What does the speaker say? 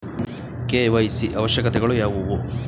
KYC ಅವಶ್ಯಕತೆಗಳು ಯಾವುವು?